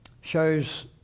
shows